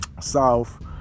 South